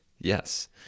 Yes